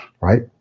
right